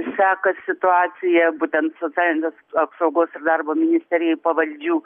seka situaciją būtent socialinės apsaugos ir darbo ministerijai pavaldžių